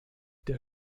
der